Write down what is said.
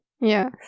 Yes